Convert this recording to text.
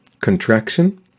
contraction